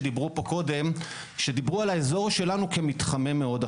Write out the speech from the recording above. כשדיברו על האזור שלנו כמתחמם מאוד.